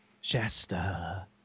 Shasta